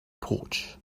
porch